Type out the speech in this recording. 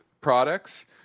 products